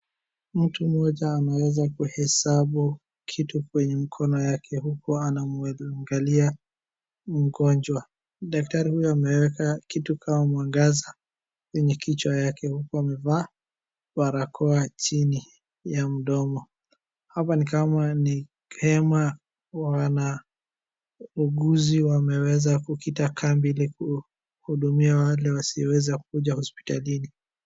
Mtu mmoja anaweza kuhesabu kitu kwenye mkono yake huku anamwangalia mgonjwa. Daktari huyu ameweka kitu kama mwangaza kwenye kichwa yake huku amevaa barakoa chini ya mdomo. Hapa ni kama ni hema wauguzi wameweza kukita kambi ili kuhudumia wale wasioweza kuja hospitalini.